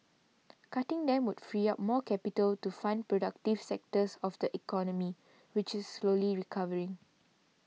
cutting them would free up more capital to fund productive sectors of the economy which is slowly recovering